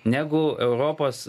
negu europos